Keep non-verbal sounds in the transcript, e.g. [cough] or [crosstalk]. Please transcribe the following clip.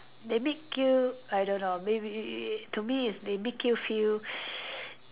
they make you I don't know maybe to me is they make you feel [noise]